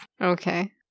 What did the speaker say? Okay